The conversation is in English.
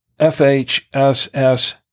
FHSS